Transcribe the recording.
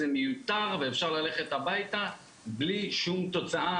מיותר ואפשר ללכת הביתה בלי שום תוצאה.